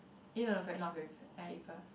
eh no no feb~ not february ya April